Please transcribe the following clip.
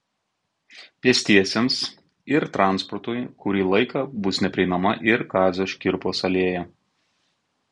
pėstiesiems ir transportui kurį laiką bus neprieinama ir kazio škirpos alėja